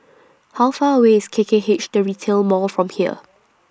How Far away IS K K H The Retail Mall from here